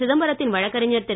சிதம்பரத்தின் வழக்கறிஞர் திரு